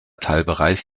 teilbereich